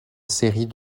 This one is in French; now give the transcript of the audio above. série